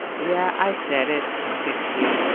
yeah, i said it sixty.